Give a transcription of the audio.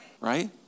Right